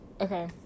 Okay